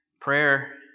Prayer